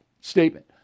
statement